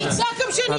אני אצעק גם כשאני אצא.